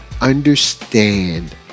understand